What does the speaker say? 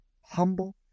humble